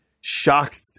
shocked